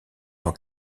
tant